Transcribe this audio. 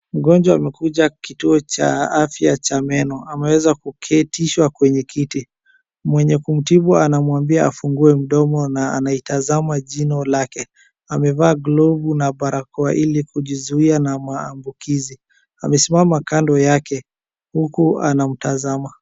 Mgonjwa amekuja kituo cha afya cha meno ameweza kuketishwa kwenye kiti mwenye kumtibu anamwambia afungue mdomo na anamtazama jino lake ,amevaa glavu na barakoa ili kujizuia na maambukizi. Amesimama kando yake huku anamtazama.